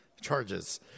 charges